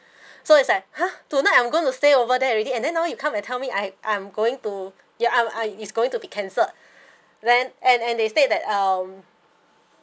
so it's like !huh! so now I'm going to stay over there already and then now you come and tell me I I'm going to ya I'm uh it's going to be cancelled then and and they said that um